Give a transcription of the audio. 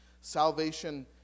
Salvation